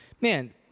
Man